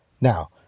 Now